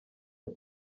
ati